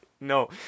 No